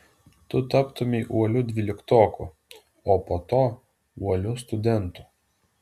tu taptumei uoliu dvyliktoku o po to uoliu studentu